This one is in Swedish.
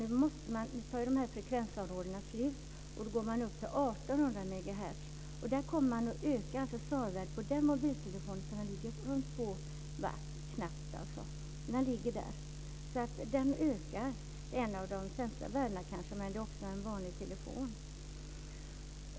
Nu tar frekvensområdena slut, och då går man upp till 1 800 megahertz. Och man kommer att öka SAR-värdet på den mobiltelefonen. Det ligger runt knappt 2 watt. Det ökar alltså. Det är kanske ett av de sämsta värdena, men det är också en vanlig telefon.